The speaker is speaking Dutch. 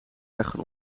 leggen